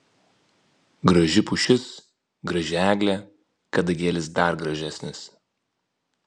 graži pušis graži eglė kadagėlis dar gražesnis